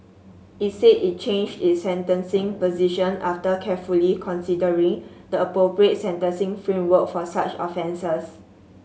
it said it changed its sentencing position after carefully considering the appropriate sentencing framework for such offences